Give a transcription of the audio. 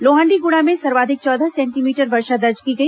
लोहांडीगुड़ा में सर्वाधिक चौदह सेंटीमीटर वर्षा दर्ज की गई